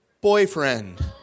boyfriend